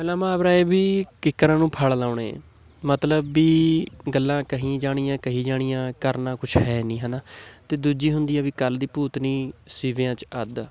ਪਹਿਲਾ ਮੁਹਾਵਰਾ ਹੈ ਵੀ ਕਿੱਕਰਾਂ ਨੂੰ ਫ਼ਲ ਲਾਉਣੇ ਮਤਲਬ ਵੀ ਗੱਲਾਂ ਕਹੀ ਜਾਣੀਆਂ ਕਹੀ ਜਾਣੀਆਂ ਕਰਨਾ ਕੁਛ ਹੈ ਨਹੀਂ ਹੈ ਨਾ ਅਤੇ ਦੂਜੀ ਹੁੰਦੀ ਆ ਵੀ ਕੱਲ੍ਹ ਦੀ ਭੂਤਨੀ ਸਿਵਿਆਂ 'ਚ ਅੱਧ